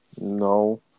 No